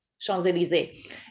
Champs-Élysées